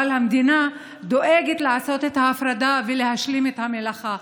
אבל המדינה דואגת לעשות את ההפרדה ולהשלים את המלאכה.